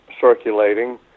circulating